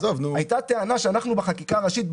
היתה טענה שאנחנו בחקיקה הראשית,